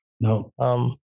No